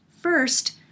First